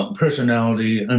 um personality, and